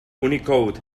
unicode